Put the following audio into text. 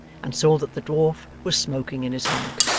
and saw that the dwarf was smoking in his hammock.